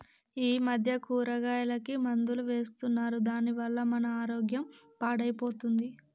ఈ మధ్య కూరగాయలకి మందులు వేస్తున్నారు దాని వల్ల మన ఆరోగ్యం పాడైపోతుంది